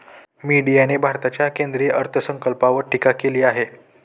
मीडियाने भारताच्या केंद्रीय अर्थसंकल्पावर टीका केली आहे